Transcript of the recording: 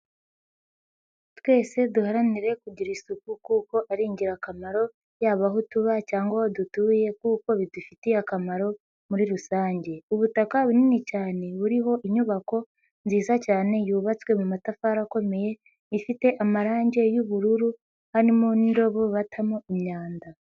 Twese duharanire kugira isuku kuko ari ingirakamaro yaba aho tuba cyangwa aho dutuye kuko bidufitiye akamaro muri rusange. Ubutaka bunini cyane buriho inyubako nziza cyane yubatswe mu matafari akomeye, ifite amarangi y'ubururu harimo n'indobo batamo imyanda.